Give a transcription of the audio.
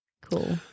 Cool